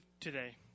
today